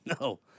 no